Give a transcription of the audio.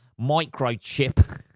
microchip